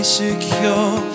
secure